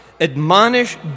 Admonish